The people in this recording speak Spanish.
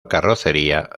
carrocería